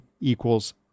equals